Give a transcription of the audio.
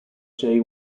jay